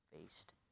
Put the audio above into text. faced